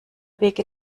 wege